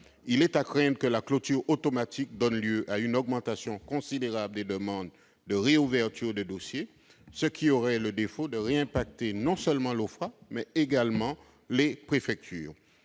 II est à craindre que la clôture automatique donne lieu à une augmentation considérable des demandes de réouverture de dossier, ce qui aurait le défaut de toucher non seulement l'OFPRA, mais également les préfectures.